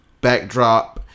backdrop